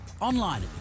Online